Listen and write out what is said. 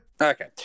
Okay